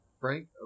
Frank